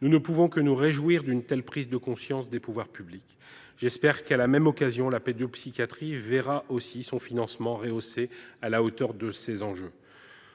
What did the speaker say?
Nous ne pouvons que nous réjouir d'une telle prise de conscience des pouvoirs publics. J'espère que, à la même occasion, la pédopsychiatrie verra aussi son financement rehaussé à la hauteur de ses enjeux.